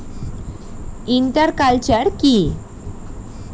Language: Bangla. ইন্টার কালচার কি?